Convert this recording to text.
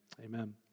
amen